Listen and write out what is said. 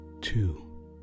two